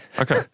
Okay